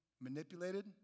manipulated